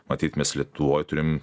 matyt mes lietuvoj turim